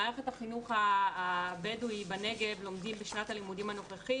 במערכת החינוך הבדואי בנגב לומדים בשנת הלימודים הנוכחית,